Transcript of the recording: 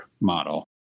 model